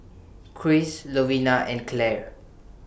Christ Lovina and Clare